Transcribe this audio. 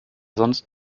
sonst